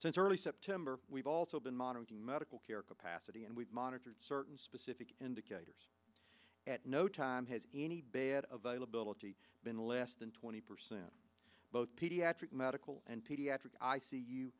since early september we've also been monitoring medical care capacity and we've monitored certain specific indicators at no time has any bad of a lability been less than twenty percent both pediatric medical and pediatric i